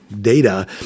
data